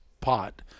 pot